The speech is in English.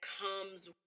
comes